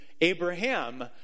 Abraham